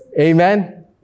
Amen